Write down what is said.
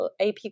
AP